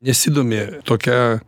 nesidomi tokia